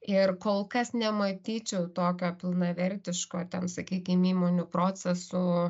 ir kol kas nematyčiau tokio pilnavertiško ten sakykim įmonių procesų